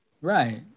Right